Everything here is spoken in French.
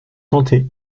santé